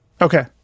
Okay